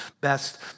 best